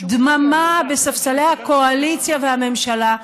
דממה בספסלי הקואליציה והממשלה,